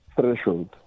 threshold